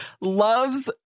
loves